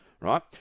right